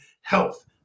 health